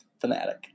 fanatic